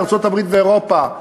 לארצות-הברית ואירופה.